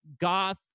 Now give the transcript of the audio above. goth